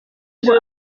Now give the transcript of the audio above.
ngo